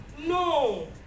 no